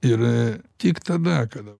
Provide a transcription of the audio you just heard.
ir tik tada kada